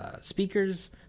speakers